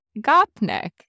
Gopnik